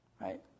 right